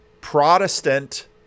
Protestant